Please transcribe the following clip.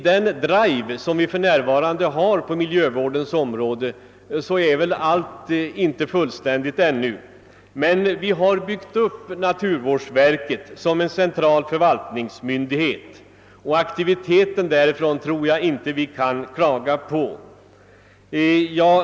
Den drive som för närvarande pågår på miljövårdens område har väl ännu inte fått full omfattning, men vi har byggt upp naturvårdsverket som en central förvaltningsmyndighet, och jag tror inte vi kan klaga på dess aktivitet.